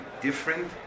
different